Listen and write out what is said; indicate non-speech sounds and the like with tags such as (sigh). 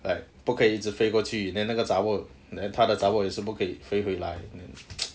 like 不可以一直飞过去 then 那个 zha-bor then 他的 zha-bor 也是不可以飞回来 then (noise)